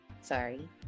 sorry